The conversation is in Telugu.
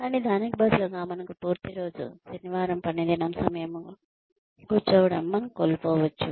కానీ దానికి బదులుగా మనకు పూర్తి రోజు శనివారం పని దినం సమయం సమకూర్చడంలో మనం కోల్పోవచ్చు